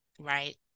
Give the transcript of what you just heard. right